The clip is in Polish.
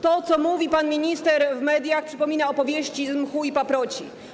To, co mówi pan minister w mediach, przypomina opowieści z mchu i paproci.